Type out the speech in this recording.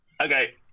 okay